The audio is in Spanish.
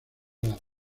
las